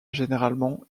généralement